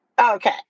Okay